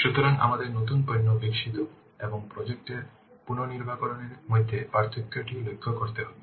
সুতরাং আমাদের নতুন পণ্য বিকশিত এবং প্রজেক্ট এর পুনর্নবীকরণ এর মধ্যে পার্থক্য টি লক্ষ্য করতে হবে